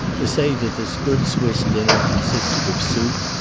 to say that this good swiss dinner consisted of soup,